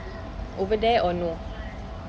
over there or no